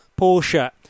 Porsche